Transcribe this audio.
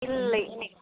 இல்லை இல்லை